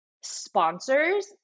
sponsors